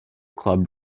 club